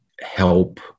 help